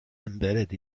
embedded